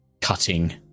cutting